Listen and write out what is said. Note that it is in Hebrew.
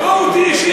לא אותי אישית,